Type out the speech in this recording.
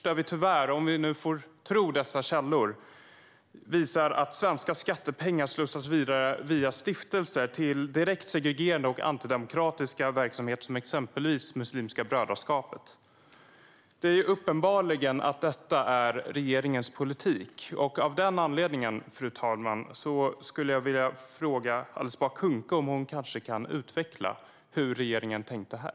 Men om vi får tro dessa källor visar det sig att svenska skattepengar slussas vidare via stiftelser till direkt segregerande och antidemokratiska verksamheter, exempelvis Muslimska brödraskapet. Det är uppenbart att detta är regeringens politik. Av den anledningen vill jag fråga Alice Bah Kuhnke om hon kan utveckla hur regeringen tänkte här.